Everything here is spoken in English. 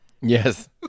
Yes